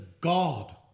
God